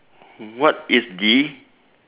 what is the